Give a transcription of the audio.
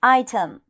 item